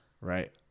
Right